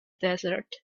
desert